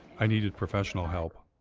i needed professional help.